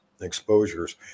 exposures